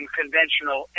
conventional